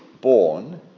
born